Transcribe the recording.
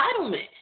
entitlement